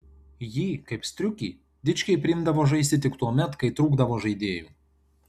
jį kaip striukį dičkiai priimdavo žaisti tik tuomet kai trūkdavo žaidėjų